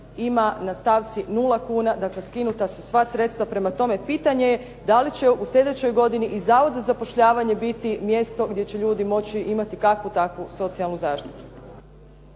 imao na stavci 0 kuna, dakle skinuta su sva sredstva. Prema tome, pitanje je da li će u sljedećoj godini i Zavod za zapošljavanje biti mjesto gdje će ljudi moći imati kakvu takvu socijalnu zaštitu.